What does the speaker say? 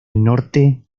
norte